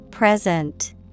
Present